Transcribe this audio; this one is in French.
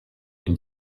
une